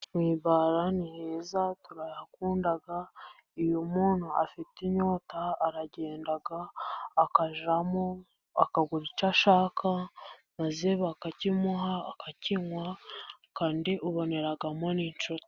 Mu ibara ni heza turahakunda, iyo umuntu afite inyota aragenda akajyamo, akagura icyo ashaka maze bakakimuha akakinywa, kandi uboneramo n'inshuti.